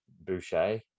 Boucher